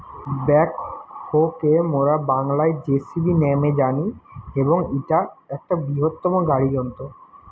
backhoe কে মোরা বাংলায় যেসিবি ন্যামে জানি এবং ইটা একটা বৃহত্তম গাড়ি যন্ত্র